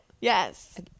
Yes